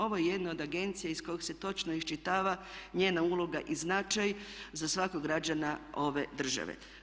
Ovo je jedno od agencija iz koje se točno iščitava njena uloga i značaj za svakog građana ove države.